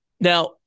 Now